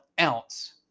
ounce